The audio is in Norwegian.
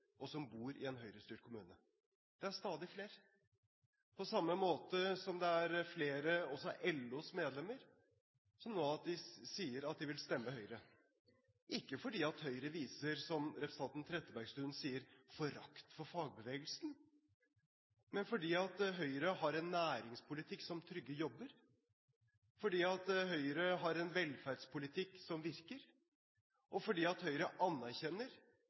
og som bor i en Høyre-styrt kommune. Det er stadig flere, på samme måte som det er flere også av LOs medlemmer som nå sier at de vil stemme Høyre – ikke fordi Høyre viser, som representanten Trettebergstuen sier, forakt for fagbevegelsen, men fordi Høyre har en næringspolitikk som trygger jobber, fordi Høyre har en velferdspolitikk som virker, og fordi Høyre anerkjenner